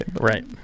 Right